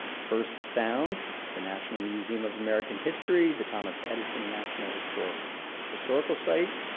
first sounds, the national museum of american history, the thomas edison national historical historical site,